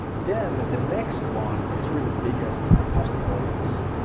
then the next one is really the biggest kind of custom audience,